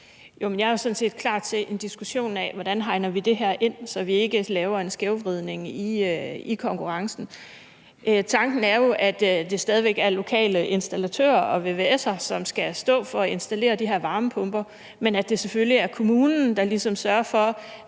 set klar til en diskussion af, hvordan vi hegner det her ind, så vi ikke laver en skævvridning i konkurrencen. Tanken er jo, at det stadig væk er lokale installatører og vvs'ere, som skal stå for at installere de her varmepumper, men at det selvfølgelig er kommunen, der ligesom sørger for,